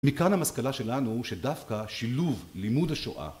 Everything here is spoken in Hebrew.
מכאן המסקנה שלנו שדווקא שילוב לימוד השואה.